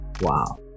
wow